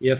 if